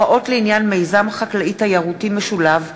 (הוראות לעניין מיזם חקלאי-תיירותי משולב),